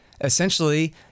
essentially